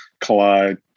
collide